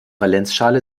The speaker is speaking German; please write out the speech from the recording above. valenzschale